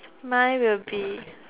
my will be